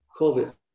COVID